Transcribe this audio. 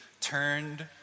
turned